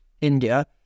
India